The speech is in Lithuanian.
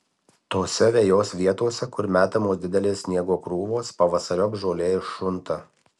tose vejos vietose kur metamos didelės sniego krūvos pavasariop žolė iššunta